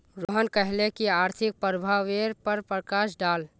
रोहन कहले की आर्थिक प्रभावेर पर प्रकाश डाल